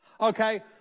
Okay